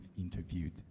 interviewed